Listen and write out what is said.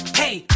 hey